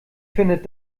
findet